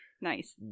Nice